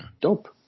Dope